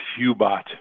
Hubot